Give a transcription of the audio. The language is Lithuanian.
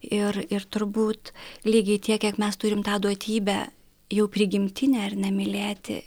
ir ir turbūt lygiai tiek kiek mes turim tą duotybę jau prigimtinę ar ne mylėti